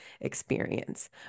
experience